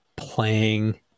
playing